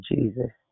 Jesus